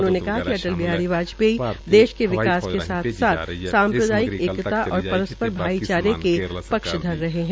उन्होंने कहा कि अटल बिहारी वाजपेयी देश के विकास के साथ साथ साम्प्रदायिक एकता और परस्पर भाईचारे के पक्षधर रहे है